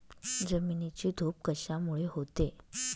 जमिनीची धूप कशामुळे होते?